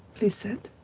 please sit.